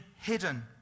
hidden